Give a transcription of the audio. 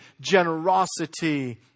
generosity